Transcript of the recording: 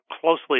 closely